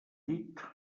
llit